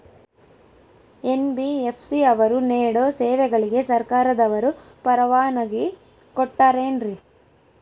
NBFC ಅವರು ನೇಡೋ ಸೇವೆಗಳಿಗೆ ಸರ್ಕಾರದವರು ಪರವಾನಗಿ ಕೊಟ್ಟಾರೇನ್ರಿ?